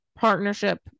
partnership